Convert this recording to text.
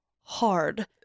hard